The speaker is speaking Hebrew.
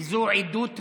זו עדות ראייה,